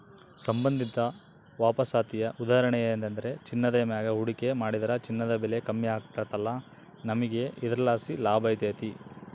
ಸಂಬಂಧಿತ ವಾಪಸಾತಿಯ ಉದಾಹರಣೆಯೆಂದ್ರ ಚಿನ್ನದ ಮ್ಯಾಗ ಹೂಡಿಕೆ ಮಾಡಿದ್ರ ಚಿನ್ನದ ಬೆಲೆ ಕಮ್ಮಿ ಆಗ್ಕಲ್ಲ, ನಮಿಗೆ ಇದರ್ಲಾಸಿ ಲಾಭತತೆ